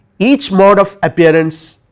each mode of appearance,